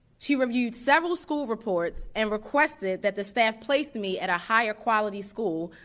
she reviewed several school reports and requested that the staff place me at a higher quality school,